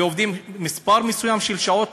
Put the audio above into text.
ועובדים מספר מסוים של שעות,